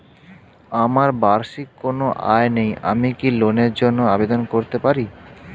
আমার বার্ষিক কোন আয় নেই আমি কি লোনের জন্য আবেদন করতে পারি?